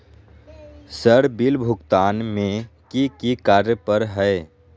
Sir bill भुगतान में की की कार्य पर हहै?